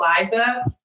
Liza